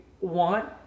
want